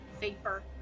vapor